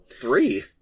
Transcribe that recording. Three